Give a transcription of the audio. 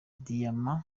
diyama